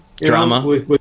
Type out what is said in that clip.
Drama